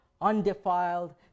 undefiled